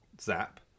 Zap